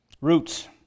Roots